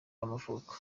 y’amavuko